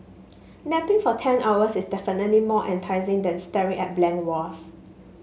napping for ten hours is definitely more enticing than staring at blank walls